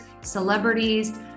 celebrities